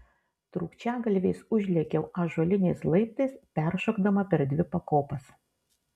trūkčiagalviais užlėkiau ąžuoliniais laiptais peršokdama per dvi pakopas